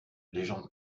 légende